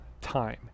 time